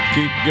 Keep